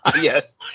Yes